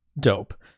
Dope